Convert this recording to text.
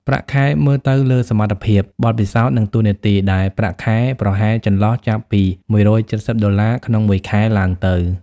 ប្រាក់ខែមើលទៅលើសមត្ថភាព បទពិសោធន៍ និងតួនាទី ដែលប្រាក់ខែប្រហែលចន្លោះចាប់ពី១៧០ដុល្លារក្នុងមួយខែឡើងទៅ។